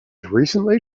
recently